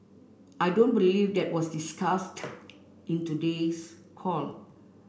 I don't believe that was discussed in today's call